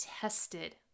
tested